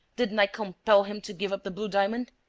didn't i compel him to give up the blue diamond?